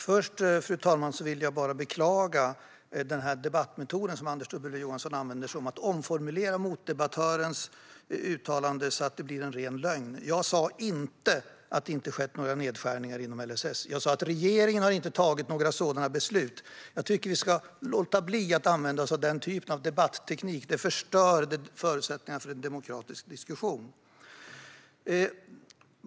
Fru talman! Först vill jag bara beklaga debattmetoden som Anders W Jonsson använder som går ut på att omformulera motdebattörens uttalande så att det blir en ren lögn. Jag sa inte att det inte har skett några nedskärningar inom LSS. Jag sa att regeringen inte har tagit några sådana beslut. Jag tycker att vi ska låta bli att använda oss av den typen av debatteknik. Det förstör förutsättningarna för en demokratisk diskussion.